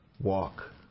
walk